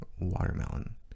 watermelon